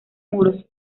muros